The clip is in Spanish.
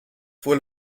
fue